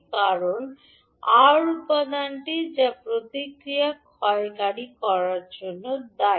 কারণ R উপাদানটি যা প্রতিক্রিয়া ক্ষয় করার জন্য দায়ী